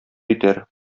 итәр